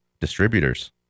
distributors